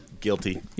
Guilty